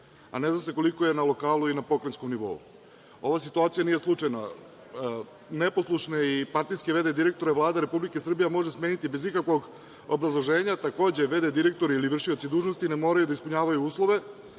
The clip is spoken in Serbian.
a ne zna se koliko je na lokalu i na pokrajinskom nivou. Ova situacija nije slučajna. Neposlušne i partijske v.d. direktore Vlada Republike Srbije može smeniti bez ikakvog obrazloženja. Takođe, v.d. direktori ili vršioci dužnosti ne moraju da ispunjavaju uslove